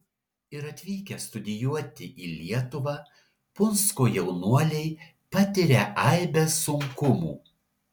ir atvykę studijuoti į lietuvą punsko jaunuoliai patiria aibes sunkumų